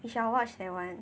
we shall watch that one